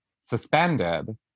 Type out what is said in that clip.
suspended